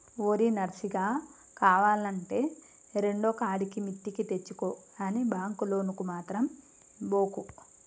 ఓరి నర్సిగా, కావాల్నంటే రెండుకాడికి మిత్తికి తెచ్చుకో గని బాంకు లోనుకు మాత్రం బోకు